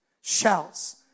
shouts